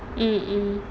mm mm